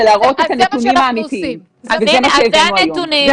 זה להראות את הנתונים האמיתיים וזה מה שהבאנו היום.